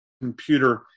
computer